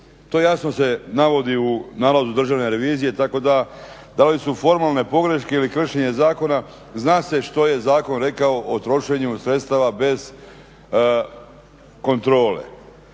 To jasno se navodi u nalazu državne revizije tako da da li su formalne pogreške ili kršenje zakona, zna se što je zakon rekao o trošenju sredstava bez kontrole.